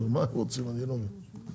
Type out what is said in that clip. אני לא מבין מה רוצים.